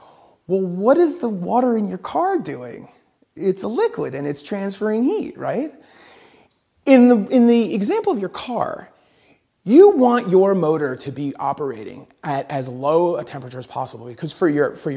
well what is the water in your car doing it's a liquid and it's transferring heat right in the in the example of your car you want your motor to be operating at as low a temperature as possible because for your for